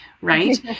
right